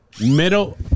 Middle